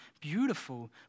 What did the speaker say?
beautiful